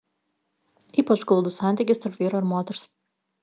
ypač glaudus santykis tarp vyro ir moters